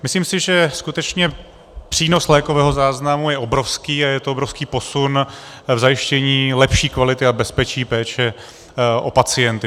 Myslím si, že skutečně přínos lékového záznamu je obrovský a je to obrovský posun v zajištění lepší kvality a bezpečí péče o pacienty.